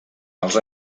els